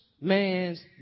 man's